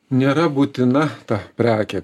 nėra būtina ta prekė